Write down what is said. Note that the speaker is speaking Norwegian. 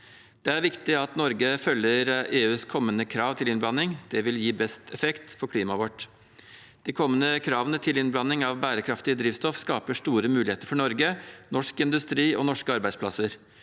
Det er viktig at Norge følger EUs kommende krav til innblanding. Det vil gi best effekt for klimaet vårt. De kommende kravene til innblanding av bærekraftig drivstoff skaper store muligheter for Norge, norsk industri og norske arbeidsplasser.